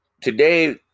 today